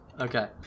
Okay